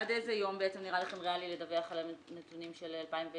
עד איזה יום נראה לכם ריאלי לדווח על הנתונים של 2018?